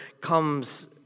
comes